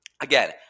Again